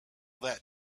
that